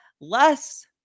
Less